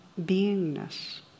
beingness